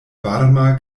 varma